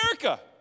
America